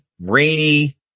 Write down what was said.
rainy